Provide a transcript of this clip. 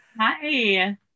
Hi